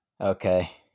Okay